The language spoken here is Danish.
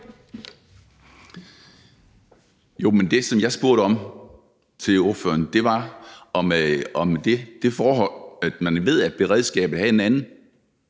Men det, som jeg spurgte ordføreren om, var, om det forhold, at man ved, at beredskabet havde en anden